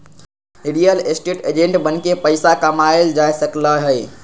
real estate agent बनके पइसा कमाएल जा सकलई ह